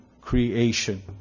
creation